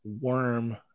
worm